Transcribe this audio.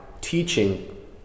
teaching